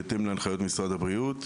בהתאם להנחיות משרד הבריאות.